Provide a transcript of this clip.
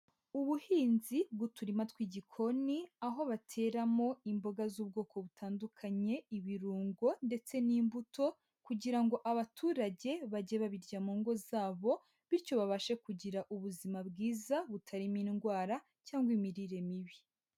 Ubuhinzi bw'uturima tw'igikoni, aho bateramo imboga z'ubwoko butandukanye, ibirungo ndetse n'imbuto, kugira ngo abaturage bajye babirya mu ngo zabo, bityo babashe kugira ubuzima bwiza butarimo indwara cyangwa imirire mibi.